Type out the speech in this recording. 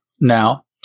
now